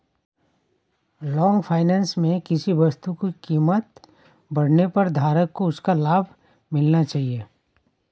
long finance में किसी वस्तु की कीमत बढ़ने पर धारक को उसका लाभ मिलना चाहिए